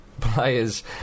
Players